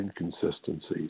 inconsistencies